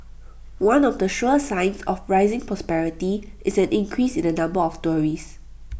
one of the sure signs of rising prosperity is an increase in the number of tourists